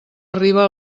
arriba